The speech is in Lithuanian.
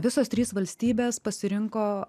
visos trys valstybės pasirinko